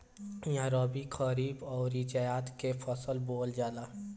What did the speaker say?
इहा रबी, खरीफ अउरी जायद के फसल बोअल जाला